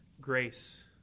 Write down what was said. grace